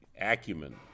acumen